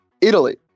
Italy